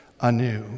anew